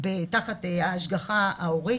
תחת ההשגחה ההורית,